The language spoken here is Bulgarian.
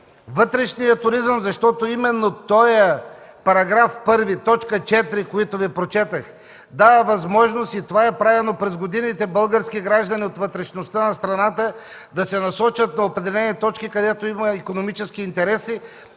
вътрешния туризъм, защото именно този § 1, т. 4, които Ви прочетох, дават възможност, и това е правено през годините, български граждани от вътрешността на страната да се насочат на определени точки, където има икономически интереси